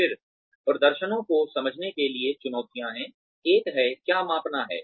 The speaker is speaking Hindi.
फिर प्रदर्शनों को समझने के लिए चुनौतियाँ हैं एक है क्या मापना है